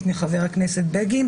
ומה עם מפלגות כאלה ומפלגות אחרות?